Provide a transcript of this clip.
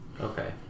Okay